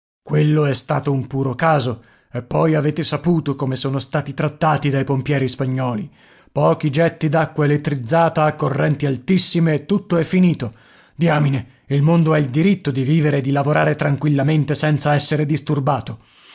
quello è stato un puro caso e poi avete saputo come sono stati trattati dai pompieri spagnoli pochi getti d'acqua elettrizzata a correnti altissime e tutto è finito diamine il mondo ha il diritto di vivere e di lavorare tranquillamente senza essere disturbato